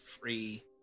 free